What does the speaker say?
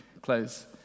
close